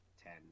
ten